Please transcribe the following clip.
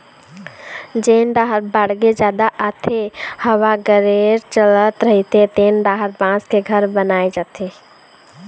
जेन डाहर बाड़गे जादा आथे, हवा गरेर चलत रहिथे तेन डाहर बांस के घर बनाए जाथे